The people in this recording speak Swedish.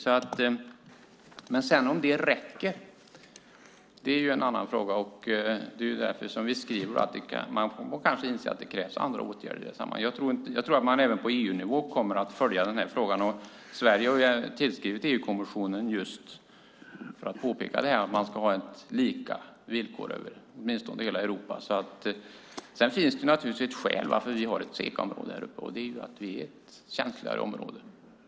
Om det sedan räcker är en annan fråga, och det är därför vi skriver att man kanske kommer att inse att det krävs andra åtgärder i sammanhanget. Jag tror att man även på EU-nivå kommer att följa frågan, och Sverige har tillskrivit EU-kommissionen just för att påpeka att det ska vara lika villkor åtminstone över hela Europa. Det finns naturligtvis ett skäl till att vi har ett SECA-område här uppe, och det är att vi är ett känsligare område.